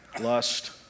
lust